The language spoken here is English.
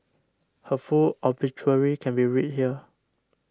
her full obituary can be read here